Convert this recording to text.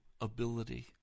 ability